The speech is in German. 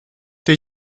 der